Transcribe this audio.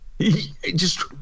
just-